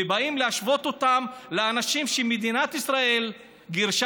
באים להשוות אותם לאנשים שמדינת ישראל גירשה